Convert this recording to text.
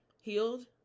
Healed